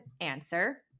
answer